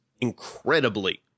incredibly